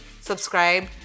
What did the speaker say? Subscribe